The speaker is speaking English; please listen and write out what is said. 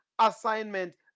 Assignment